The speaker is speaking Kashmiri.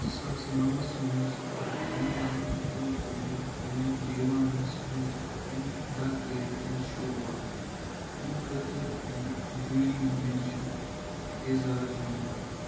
زٕ ساس نَوَس منٛز کٔر پانٛڈیاہَن بوجپوٗری فِلمہِ دیوانَس منٛز پنٕنہِ اداکٲری ہٕنٛز شروٗعات ییٚمہِ خٲطٕر اَمہِ جوٗری مٮ۪نشَن اعزاز زیوٗن